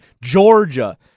Georgia